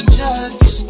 judge